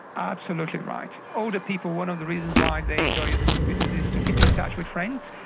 absolutely right. older people, one of the reasons why they enjoy using computers is to keep in touch with friends,